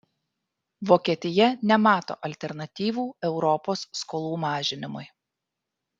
vokietija nemato alternatyvų europos skolų mažinimui